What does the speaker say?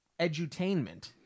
edutainment